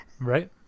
right